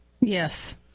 Yes